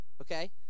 okay